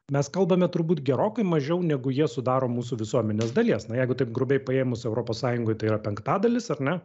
mes kalbame turbūt gerokai mažiau negu jie sudaro mūsų visuomenės dalies na jeigu taip grubiai paėmus europos sąjungoj tai yra penktadalis ar ne